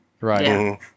Right